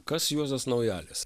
kas juozas naujalis